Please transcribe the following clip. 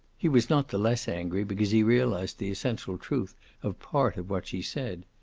he was not the less angry because he realized the essential truth of part of what she said.